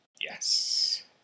Yes